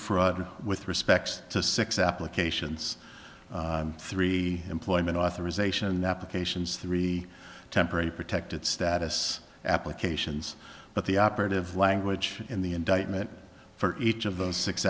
fraud with respect to six applications three employment authorization applications three temporary protected status applications but the operative language in the indictment for each of those six